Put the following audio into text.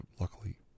luckily